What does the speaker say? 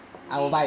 really ah